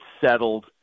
settled